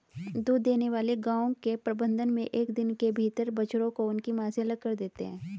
दूध देने वाली गायों के प्रबंधन मे एक दिन के भीतर बछड़ों को उनकी मां से अलग कर देते हैं